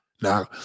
Now